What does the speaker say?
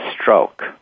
stroke